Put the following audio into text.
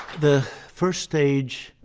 the first stage,